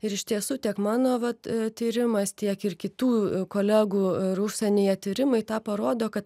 ir iš tiesų tiek mano vat tyrimas tiek ir kitų kolegų ir užsienyje tyrimai tą parodo kad